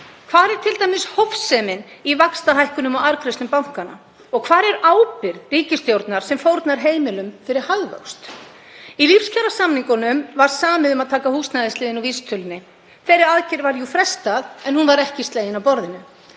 Hvar er t.d. hófsemin í vaxtahækkunum og arðgreiðslum bankanna? Hvar er ábyrgð ríkisstjórnar sem fórnar heimilum fyrir hagvöxt? Í lífskjarasamningunum var samið um að taka húsnæðisliðinn úr vísitölunni. Þeirri aðgerð var jú frestað en hún var ekki slegin af borðinu.